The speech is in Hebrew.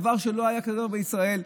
דבר שלא היה כמוהו בישראל.